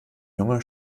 junge